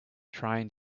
trying